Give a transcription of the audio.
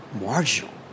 Marginal